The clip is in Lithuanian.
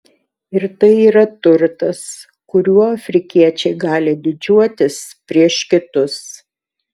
ir tai yra turtas kuriuo afrikiečiai gali didžiuotis prieš kitus